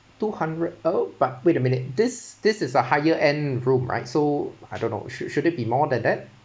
two hundred oh but wait a minute this this is a higher end room right so I don't know should should it be more than that